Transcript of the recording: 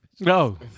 No